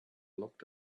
looked